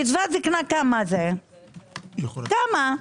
כמה זה קצבת זקנה?